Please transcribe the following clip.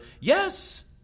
yes